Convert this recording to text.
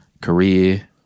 Career